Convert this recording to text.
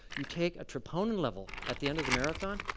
you take a troponin level at the end of the marathon,